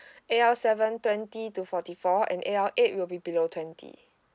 A_L seven twenty to forty four and A_L eight will be below twenty